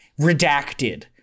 redacted